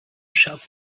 shop